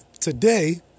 today